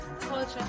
culture